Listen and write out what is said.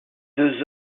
deux